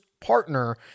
partner